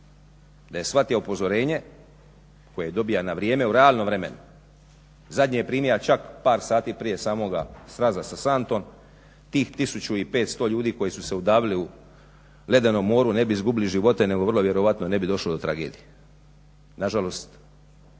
Da je shvatio upozorenje koje je dobio na vrijeme u realnom vremenu, zadnje je primio čak par sati prije samoga sraza sa santom, tih 1500 ljudi koji su se udavili u ledenom moru ne bi izgubili živote nego vrlo vjerojatno ne bi došlo do tragedije. Nažalost